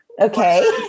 Okay